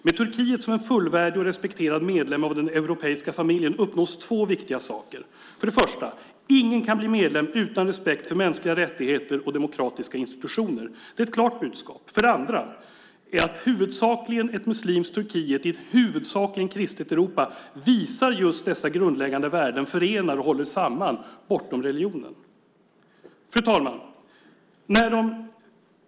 Med Turkiet som en fullvärdig och respekterad medlem av den europeiska familjen uppnås två viktiga saker. Det första är att ingen kan bli medlem utan respekt för mänskliga rättigheter och demokratiska institutioner. Det är ett klart budskap. Det andra är att ett huvudsakligen muslimskt Turkiet i ett huvudsakligen kristet Europa visar att just dessa grundläggande värden förenar och håller samman bortom religionen. Fru talman!